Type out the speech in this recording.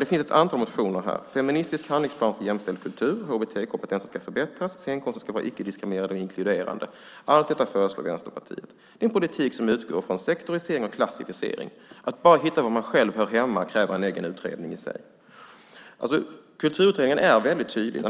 Det finns ett antal motioner här om en feministisk handlingsplan för jämställd kultur, att HBT-kompetensen ska förbättras och att scenkonsten ska vara icke-diskriminerande och inkluderande. Allt detta föreslår Vänsterpartiet. Det är en politik som utgår från sektorisering och klassificering. Att bara hitta var man själv hör hemma kräver en egen utredning i sig. Kulturutredningen är väldigt tydlig.